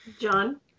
John